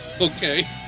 okay